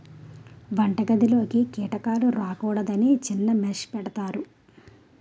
వంటగదిలోకి కీటకాలు రాకూడదని చిన్న మెష్ లు పెడతారు